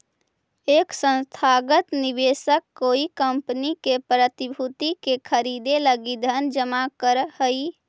एक संस्थागत निवेशक कोई कंपनी के प्रतिभूति के खरीदे लगी धन जमा करऽ हई